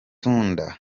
tunda